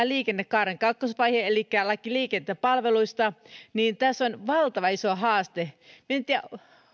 liikennekaaren kakkosvaiheessa elikkä laissa liikenteen palveluista on valtavan iso haaste en tiedä